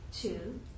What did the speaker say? Two